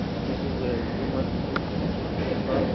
நெத்திக்கு ஜுமோல்